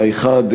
האחד,